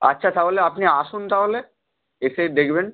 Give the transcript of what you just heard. আচ্ছা তাহলে আপনি আসুন তাহলে এসে দেখবেন